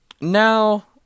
now